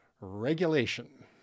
regulation